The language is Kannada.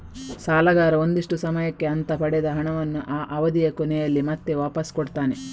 ಸಾಲಗಾರ ಒಂದಿಷ್ಟು ಸಮಯಕ್ಕೆ ಅಂತ ಪಡೆದ ಹಣವನ್ನ ಆ ಅವಧಿಯ ಕೊನೆಯಲ್ಲಿ ಮತ್ತೆ ವಾಪಾಸ್ ಕೊಡ್ತಾನೆ